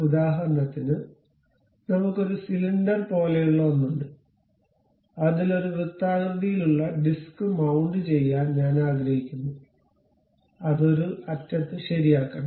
ഉദാഹരണത്തിന് നമുക്ക് ഒരു സിലിണ്ടർ പോലെയുള്ള ഒന്ന് ഉണ്ട് അതിൽ ഒരു വൃത്താകൃതിയിലുള്ള ഡിസ്ക് മൌണ്ട് ചെയ്യാൻ ഞാൻ ആഗ്രഹിക്കുന്നു അത് ഒരു അറ്റത്ത് ശരിയാക്കണം